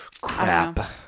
Crap